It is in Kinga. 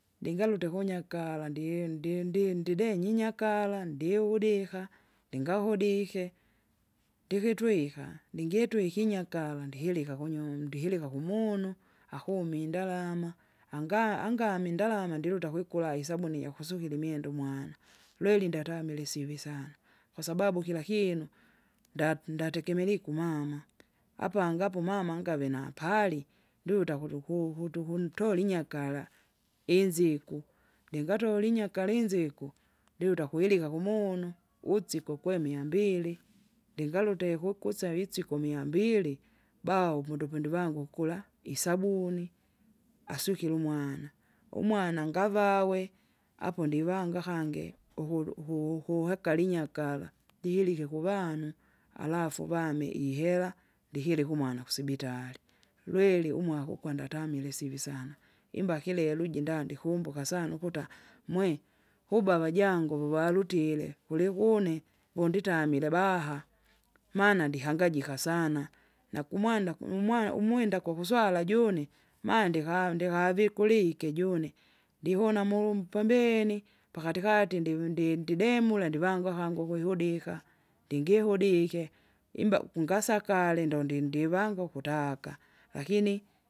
Ndingalute kunyakala ndie- ndie ndi- ndidenyi nyinyakala ndiudika, ndingahudike, ndikitwika ningitwi kinyakala ndihilika kunyu ndihilika kumunu, akumi indalama, angaa- angami indalama ndiluta kuikula isabuni ijakusukila imwenda umwana, lweri ndatamili isivi sana. Kwasaababu kila kinu nda- ndatekemeliku umama apangi apa umama angave napali, ndiuta kutaku- kutu- kutukuntoli inyakala, inziku, ndikatoli inyakala inziku, ndiuta kwilika kwilika kumunu, utsiko kwe miambili. Ndingalute ku- kuseva isiko miambili bao upundupundi vangu kula isabuni, asukile umwana. Umwana ngavawe apo ndivanga kange ukulu- uku- ukuweka linyakala, lilike kuvanu, alafu vame ihela, ndikilike umwana kusibitari lweri umwaka ukwenda atamile sivi sana. Imbakile luji ndande ikumbuka sana ukuta mwe! kubwa avajangu wuwalutile, kuliku une vonditamile avaha, maana ndihangajika sana, nakumwenda kummwa umwinda kwakuswala june. mandika ndika vikulike ijune. Ndihuna mulumpembeni pakatikati ndiv- ndi- ndidemula ndivangu akangu ukuihudika, ndingi ihudike imba kungasakale ndondi indivangu ukutaka, lakini.